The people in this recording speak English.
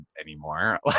anymore